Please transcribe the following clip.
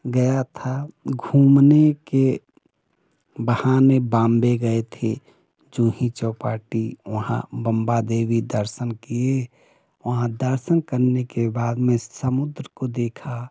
गया था घूमने के बहाने बाम्बे गए थे जूही चौपाटी वहाँ बंबा देवी दर्शन किये वहाँ दर्शन करने के बाद मैं समुद्र को देखा